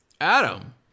Adam